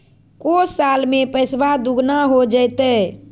को साल में पैसबा दुगना हो जयते?